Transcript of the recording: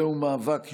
זהו מאבק יום-יומי,